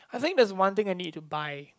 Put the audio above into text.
I think that is one thing I need to buy